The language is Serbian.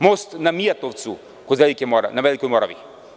Most na Mijatovcu na Velikoj Moravi?